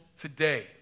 today